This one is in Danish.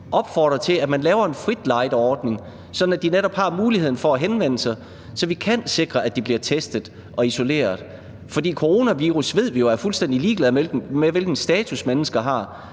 opfordrer til, at man laver en frit lejde-ordning, så de netop har muligheden for at henvende sig, så vi kan sikre, at de bliver testet og isoleret. Coronavirus ved vi jo er fuldstændig ligeglad med, hvilken status mennesker har.